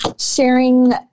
sharing